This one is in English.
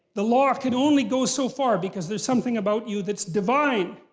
the law can only go so far because there's something about you that's divine.